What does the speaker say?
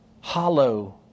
Hollow